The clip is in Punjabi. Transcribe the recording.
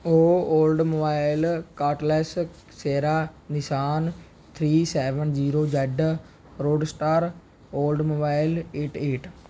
O Oldsmobile Cutlass Ciera Nissan three seven zero Z roadster Oldsmobile eight eight